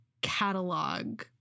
catalog